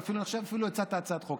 ואני חושב שאפילו הצעת חוק,